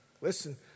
listen